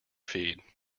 feed